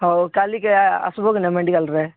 ହଉ କାଲିକି ଆସିବ କି ନାଇଁ ମେଡିକାଲ୍ରେ